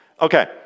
Okay